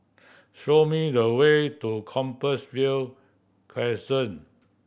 show me the way to Compassvale Crescent